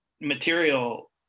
material